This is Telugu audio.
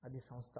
అది సంస్థ